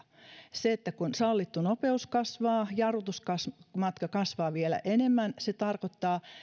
se että kun sallittu nopeus kasvaa niin jarrutusmatka kasvaa vielä enemmän se tarkoittaa